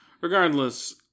Regardless